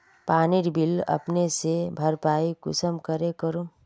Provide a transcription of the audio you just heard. पानीर बिल अपने से भरपाई कुंसम करे करूम?